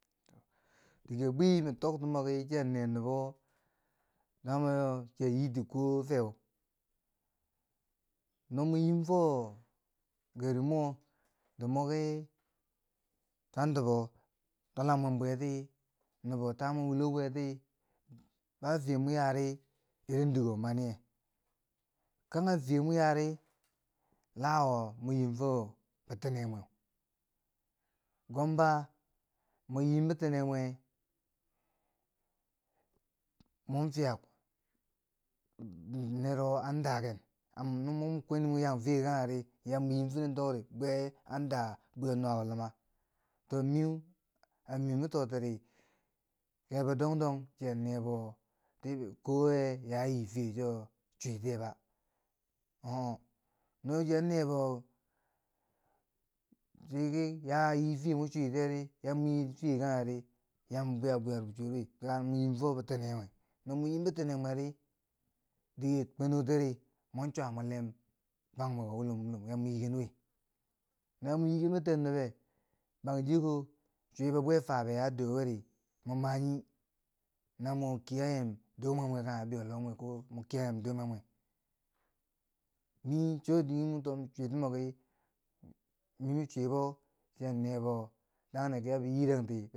Dike bwi ma tokti miki chi nee nobo damawo chiya yiiti ko feu, no mo yiim fo gari mweri moki chwantubo twallang mwen bweti, noba to mwen wulo bweti ba fiye mo yaari irin dike wo maniye. Kanghe fiye mo yaari la wo mo yiim fo bitine mweu, gwamba moyiim bitine mwe mon fiyam nero an daaken, amma no mwi mo kwen mo yaan fiye kangheri yam mo yiim firen tokri be daa bwiyo nuwabo luma, to miu, aa mi mi totiri kebo dong dong chiya nebo, fiye kii yaa a yii fiye cho chwitiyeba. ho hog no chiyan neyo ya mo yii fiye kangheri ya mwa bwiya bwar bichwye wi la mo yiim fo bitineu, no yiim bitine mweri, diker kwenutiri mwan chwa mo lem bang mweko wulom wulom yaa mo yiiken wi no mo yiiken biten nobe, bana chiyeko cwibo bwe fabe a doo wiri, mwa ma nyii? namo kiyayem dume mwe kangha bibeiyo loh mwe, ko mo kiyayem dume mweu, mi cho dike mi to mi cwiti miki, mi ma cwibo chiya nebo dama ki yaa ba yiironti.